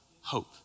hope